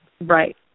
Right